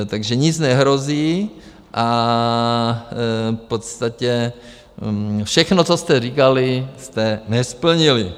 Takže nic nehrozí a v podstatě všechno, co jste říkali, jste nesplnili.